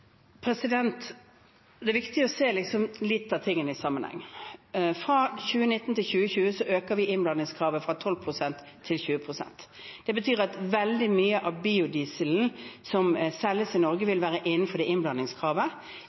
Det er viktig å se tingene i sammenheng. Fra 2019 til 2020 øker vi innblandingskravet fra 12 pst. til 20 pst. Det betyr at veldig mye av biodieselen som selges i Norge, vil være innenfor det innblandingskravet.